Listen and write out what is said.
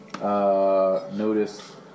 Notice